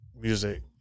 music